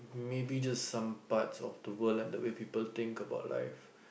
maybe just some parts of the world like the way people think about life